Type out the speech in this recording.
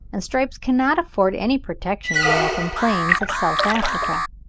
and stripes cannot afford any protection in the open plains of south africa.